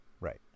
right